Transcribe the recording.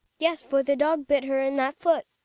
yes, for the dog bit her in that foot.